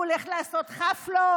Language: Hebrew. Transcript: הוא הולך לעשות חפלות,